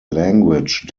language